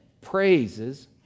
praises